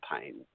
pain